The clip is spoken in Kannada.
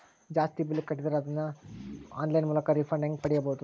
ಜಾಸ್ತಿ ಬಿಲ್ ಕಟ್ಟಿದರ ಅದನ್ನ ಆನ್ಲೈನ್ ಮೂಲಕ ರಿಫಂಡ ಹೆಂಗ್ ಪಡಿಬಹುದು?